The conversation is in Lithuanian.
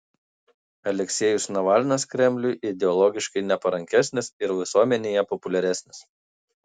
aleksejus navalnas kremliui ideologiškai neparankesnis ir visuomenėje populiaresnis